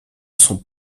son